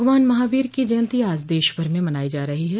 भगवान महावीर की जयंती आज देशभर में मनाई जा रही है